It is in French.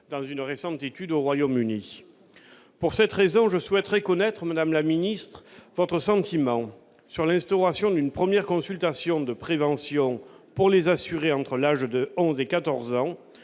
dans une récente étude au Royaume-Uni pour cette raison, je souhaiterais connaître madame la Ministre votre sentiment sur l'instauration d'une première consultation de prévention pour les assurés entre l'âge de 11 et 14 ans